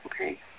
Okay